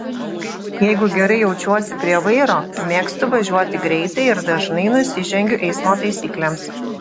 jeigu gerai jaučiuosi prie vairo mėgstu važiuoti greitai ir dažnai nusižengiu eismo taisyklėms